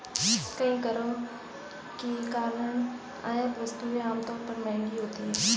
कई करों के कारण आयात वस्तुएं आमतौर पर महंगी होती हैं